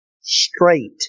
straight